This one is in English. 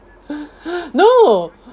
no